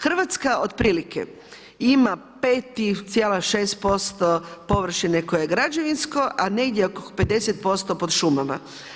Hrvatska otprilike, ima 5,6% površine koje je građevinsko a negdje oko 50% pod šumama.